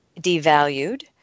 devalued